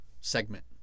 segment